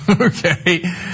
Okay